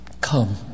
come